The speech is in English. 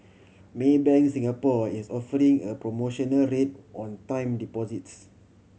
Maybank Singapore is offering a promotional rate on time deposits